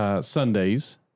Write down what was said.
Sundays